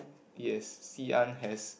yes Xi-an has